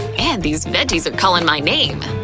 and these veggies are calling my name!